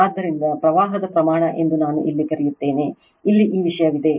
ಆದ್ದರಿಂದ ಪ್ರವಾಹದ ಪ್ರಮಾಣ ಎಂದು ನಾನು ಇಲ್ಲಿ ಕರೆಯುತ್ತೇನೆ ಇಲ್ಲಿ ಈ ವಿಷಯವಿದೆ